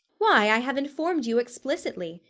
why, i have informed you explicitly,